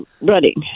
running